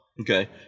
Okay